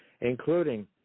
including